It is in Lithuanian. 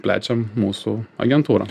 plečiam mūsų agentūrą